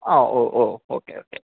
അഹ് ഓ ഓ okay okay